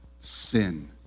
sin